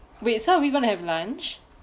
wait so are we going to have lunch